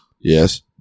Yes